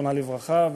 זיכרונה לברכה,